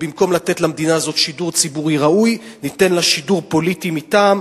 ובמקום לתת למדינה הזאת שידור ציבורי ראוי ניתן לה שידור פוליטי מטעם,